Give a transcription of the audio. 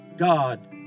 God